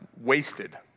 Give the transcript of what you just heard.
wasted